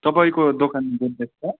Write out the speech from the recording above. तपाईँको दोकानमा गोदरेज छ